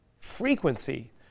frequency